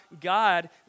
God